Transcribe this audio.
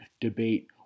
debate